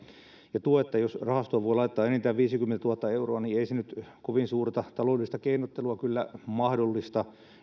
tuo että jos rahastoon voi laittaa enintään viisikymmentätuhatta euroa ei nyt kovin suurta taloudellista keinottelua kyllä mahdollista